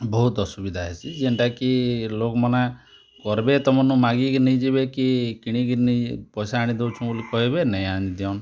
ବହୁତ୍ ଅସୁବିଧା ହେସି ଯେନ୍ତା କି ଲୋକ୍ମାନେ କର୍ବେ ତମର୍ ନୁ ମାଗି କି ନେଇଯିବେ କି କିଣି କି ନେଇ ପଇସା ଆଣିଦେଉଛୁ ବୋଲିକରି କହେବେ ନାଇ ଆଣି ଦିଅନ୍